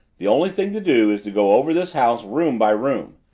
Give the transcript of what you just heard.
the only thing to do is to go over this house room by room.